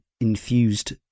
infused